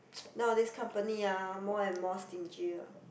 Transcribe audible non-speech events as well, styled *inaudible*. *noise* nowadays company ah more and more stingy ah